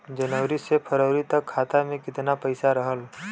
जनवरी से फरवरी तक खाता में कितना पईसा रहल?